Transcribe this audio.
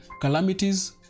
calamities